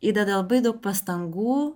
įdeda labai daug pastangų